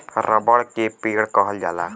रबड़ के पेड़ कहल जाला